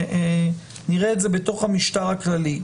נראה את זה בתוך המשטר הכללי.